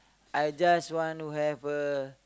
I just want to have a